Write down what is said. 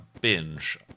binge